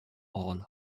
all